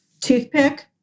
toothpick